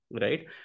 right